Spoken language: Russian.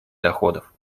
доходов